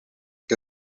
que